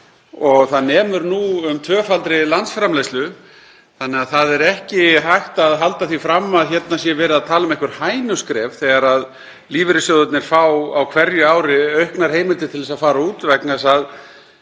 Það nemur nú um tvöfaldri landsframleiðslu þannig að það er ekki hægt að halda því fram að hér sé verið að tala um einhver hænuskref þegar lífeyrissjóðirnir fá á hverju ári auknar heimildir til þess að fara út vegna